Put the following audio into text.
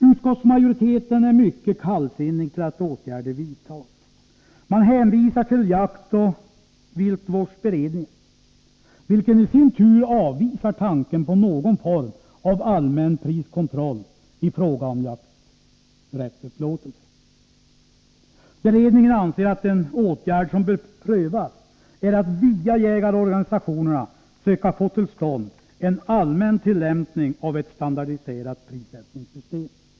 Utskottsmajoriteten är mycket kallsinnig till att åtgärder vidtas och hänvisar till jaktoch viltvårdsberedningen, vilken i sin tur avvisar tanken på någon form av allmän priskontroll i fråga om jakträttsupplåtelser. Beredningen anser att en åtgärd som bör prövas är att via jägarorganisationerna söka få till stånd en allmän tillämpning av ett standardiserat prissättningssystem.